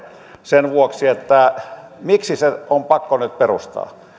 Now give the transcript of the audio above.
sen vuoksi että miksi se on pakko nyt perustaa